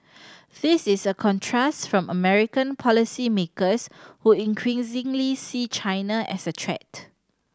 this is a contrast from American policymakers who increasingly see China as a threat